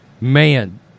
Man